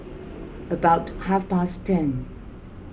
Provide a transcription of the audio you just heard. about half past ten